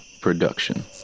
Production